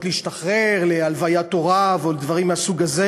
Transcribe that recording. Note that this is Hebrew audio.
להשתחרר להלוויית הוריו ודברים מהסוג הזה.